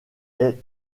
est